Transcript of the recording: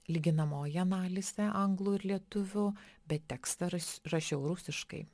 lyginamoji analizė anglų ir lietuvių bet tekstą raš rašiau rusiškai